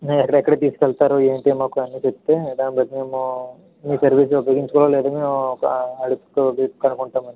మీరు ఎక్కడెక్కడికి తీసుకు వెళతారో ఏంటి మాకు అన్ని చెప్తే దాన్ని బట్టి మేము మీ సర్వీస్ని ఉపయోగించుకోవాలో లేదా మేము అడిగి కాల్ చేసి కనుకుంటాం అండి